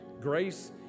grace